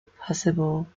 possible